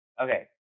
okay